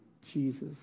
Jesus